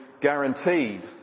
guaranteed